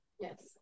Yes